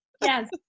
yes